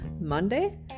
monday